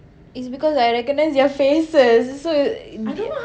is because I recognise their faces so it